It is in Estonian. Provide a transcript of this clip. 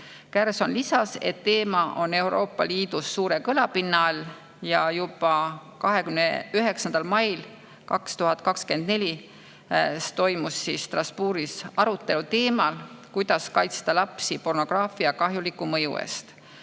Kärson lisas, et teema on Euroopa Liidus [leidnud] suurt kõlapinda ja 29. mail 2024 toimus Strasbourgis arutelu teemal, kuidas kaitsta lapsi pornograafia kahjuliku mõju eest.